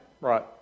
Right